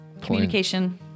Communication